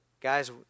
guys